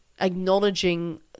acknowledging